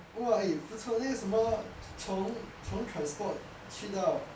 !wah! eh 不错那个什么从 transport 去到